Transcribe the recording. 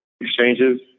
exchanges